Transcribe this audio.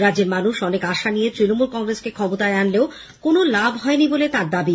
রাজ্যের মানুষ অনেক আশা নিয়ে তৃণমূল কংগ্রেসকে ক্ষমতায় আনলেও কোনো লাভ হয়নি বলে তাঁর দাবি